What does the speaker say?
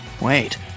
Wait